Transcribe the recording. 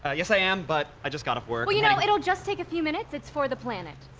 ah yes i am, but i just got off work. well you know, it'll just take a few minutes. it's for the planet,